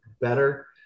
better